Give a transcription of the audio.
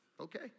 okay